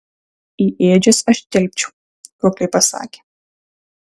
į ėdžias aš tilpčiau kukliai pasakė